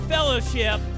Fellowship